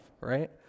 right